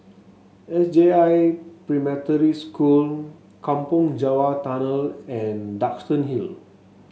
S J I Preparatory School Kampong Java Tunnel and Duxton Hill